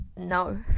No